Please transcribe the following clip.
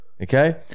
Okay